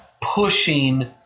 pushing